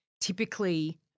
typically